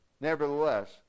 Nevertheless